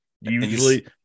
usually